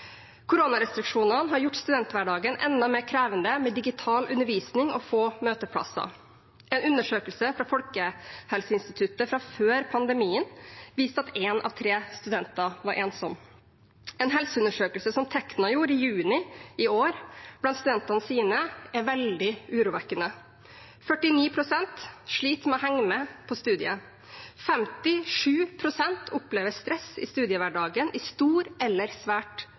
Koronarestriksjonene har gjort studenthverdagen enda mer krevende, med digital undervisning og få møteplasser. En undersøkelse fra Folkehelseinstituttet fra før pandemien viste at en av tre studenter var ensomme. En helseundersøkelse som Tekna gjorde i juni i år blant studentene sine, er veldig urovekkende. 49 pst. sliter med å henge med på studiene. 57 pst. opplever stress i studiehverdagen i stor eller svært